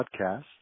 podcast